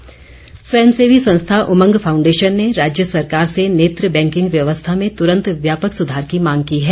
आग्र ह स्वयं सेवी संस्था उमंग फाउंडेशन ने राज्य सरकार से नेत्र बैंकिंग व्यवस्था में तुरंत व्यापक सुधार की मांग की है